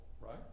Right